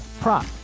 prop